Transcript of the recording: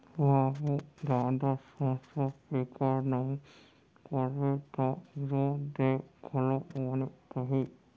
बाबू जादा संसो फिकर नइ करबे तौ जोर देंव घलौ बने रही